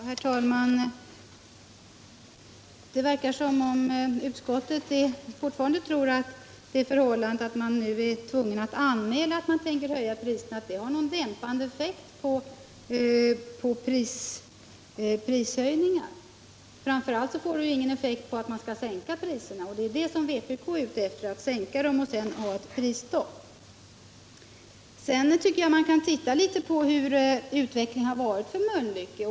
Herr talman! Det verkar som om utskottet fortfarande tror att det förhållandet att företagen nu är tvungna att anmäla att de tänker höja priserna har någon dämpande effekt på prishöjningar. Så är det ju inte, och framför allt får det inte effekten att priserna sänks. Vpk är ju ute efter att priserna skall sänkas och att det sedan skall råda prisstopp. Jag tycker att man kan titta litet på hur utvecklingen har varit för Mölnlycke.